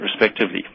respectively